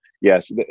yes